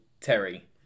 Terry